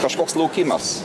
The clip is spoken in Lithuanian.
kažkoks laukimas